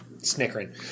snickering